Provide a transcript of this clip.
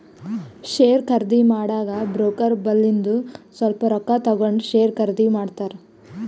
share ಖರ್ದಿ ಮಾಡಾಗ broker ಬಲ್ಲಿಂದು ಸ್ವಲ್ಪ ರೊಕ್ಕಾ ತಗೊಂಡ್ ಶೇರ್ ಖರ್ದಿ ಮಾಡ್ತಾರ್